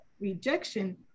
rejection